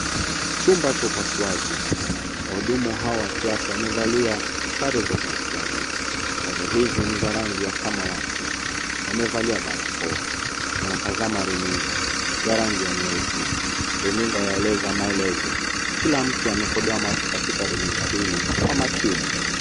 Chumba cha upasuaji. Wahudumu hawa wa kiafya wamevalia sare za upasuaji. Sare hizi ni za rangi ya samawati. Wamevalia barakoa. Wanatazama runinga ya rangi ya nyeusi. Runinga yaeleza maelezo. Kila mtu amekodoa macho katika runinga hili kwa makini.